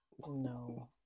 No